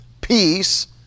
peace